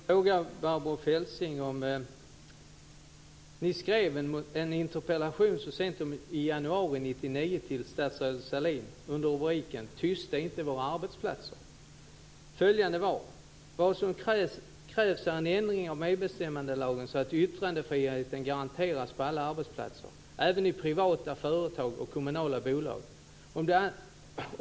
Fru talman! Jag vill ställa en fråga till Barbro Feltzing. Ni i Miljöpartiet skrev en interpellation så sent som i januari 1999 till statsrådet Sahlin under rubriken Tysta inte våra arbetsplatser. Där står följande: Vad som krävs är en ändring av medbestämmandelagen så att yttrandefriheten garanteras på alla arbetsplatser, även i privata företag och kommunala bolag.